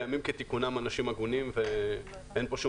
בימים כתיקונם הם אנשים הגונים ואין שום